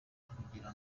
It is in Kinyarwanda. kugira